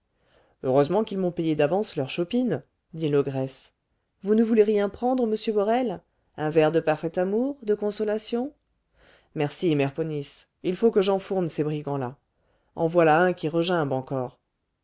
heureusement qu'ils m'ont payé d'avance leur chopine dit l'ogresse vous ne voulez rien prendre monsieur borel un verre de parfait amour de consolation merci mère ponisse il faut que j'enfourne ces brigands là en voilà un qui regimbe encore